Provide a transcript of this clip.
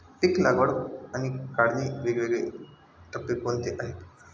पीक लागवड आणि काढणीचे वेगवेगळे टप्पे कोणते आहेत?